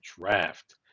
draft